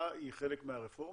הנגזרת של ההסבה היא חלק מהרפורמה?